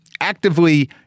actively